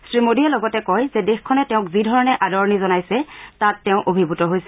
শ্ৰীমোডীয়ে লগতে কয় যে দেশখনে তেওঁক যিধৰণে আদৰণি জনাইছে তাত তেওঁ অভিভৃত হৈছে